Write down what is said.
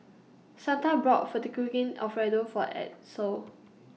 Santa brought Fettuccine Alfredo For Edsel